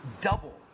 double